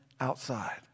outside